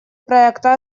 проекта